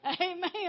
Amen